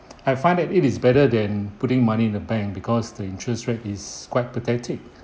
I find that it is better than putting money in the bank because the interest rate is quite pathetic